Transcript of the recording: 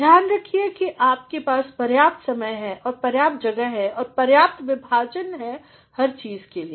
ध्यान रखिए कि आपके पास पर्याप्त समय है और पर्याप्त जगह है औरपर्याप्त विभाजन है हर चीज़ के लिए